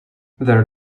their